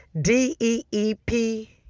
d-e-e-p